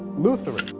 lutheran,